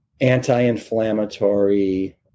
anti-inflammatory